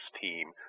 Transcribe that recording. team